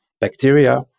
bacteria